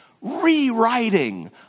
rewriting